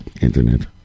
internet